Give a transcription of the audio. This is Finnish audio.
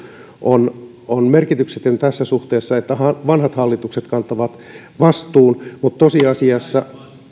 on on merkityksetön tässä suhteessa ja että vanhat hallitukset kantavat vastuun niin tosiasiassa